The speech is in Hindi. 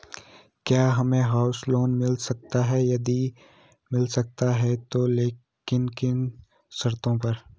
क्या हमें हाउस लोन मिल सकता है यदि मिल सकता है तो किन किन शर्तों पर?